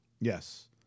Yes